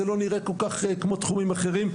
זה לא נראה כל כך כמו תחומים אחרים,